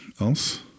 else